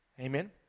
Amen